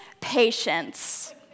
patience